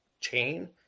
chain